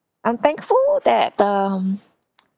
I'm thankful that um